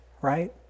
Right